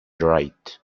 right